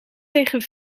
tegen